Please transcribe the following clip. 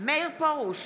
מאיר פרוש,